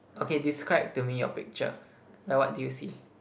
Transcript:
okay describe to me your picture like what do you see